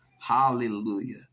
Hallelujah